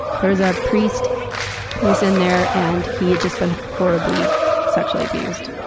there was a priest who was in there, and he had just been horribly sexually abused.